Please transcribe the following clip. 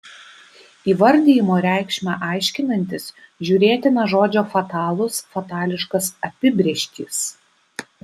įvardijimo reikšmę aiškinantis žiūrėtina žodžio fatalus fatališkas apibrėžtys